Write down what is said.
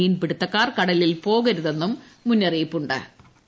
മീൻപിടുത്തക്കാർ കടലിൽ പോകരുതെന്നും മുന്നയിപ്പ് നൽകി